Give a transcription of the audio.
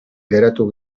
geratu